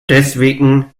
deswegen